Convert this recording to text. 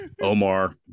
Omar